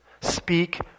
Speak